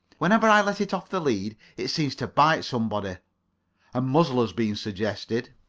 whenever i let it off the lead it seems to bite somebody a muzzle has been suggested.